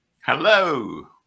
Hello